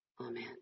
Amen